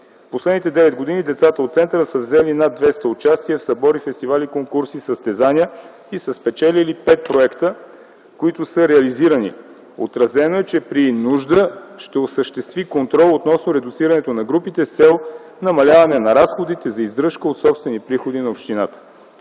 последните девет години децата от центъра са взели над 200 участия в събори, фестивали, конкурси, състезания и са спечелили пет проекта, които са реализирани. Отразено е, че при нужда ще осъществи контрол относно редуцирането на групите с цел намаляване на разходите за издръжка от собствени приходи на общината.